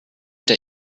der